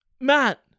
Matt